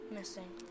Missing